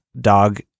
dog